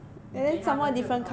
你给他们就好 lor